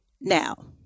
Now